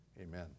amen